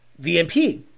VMP